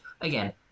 again